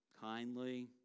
kindly